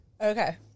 Okay